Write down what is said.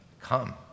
come